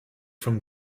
from